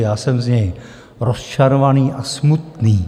Já jsem z něj rozčarovaný a smutný.